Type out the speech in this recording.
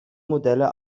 modelle